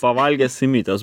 pavalgęs įmitęs